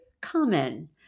common